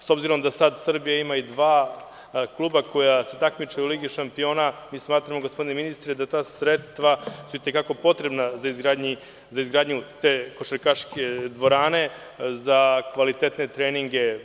S obzirom da sad Srbija ima dva kluba koja se takmiče u Ligi šampiona, mi smatramo, gospodine ministre, da su ta sredstva i te kako potrebna za izgradnju te košarkaške dvorane, za kvalitetne treninge.